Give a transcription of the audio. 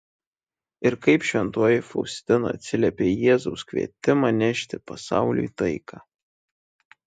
ir kaip šventoji faustina atsiliepė į jėzaus kvietimą nešti pasauliui taiką